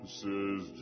says